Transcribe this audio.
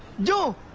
do